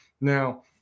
Now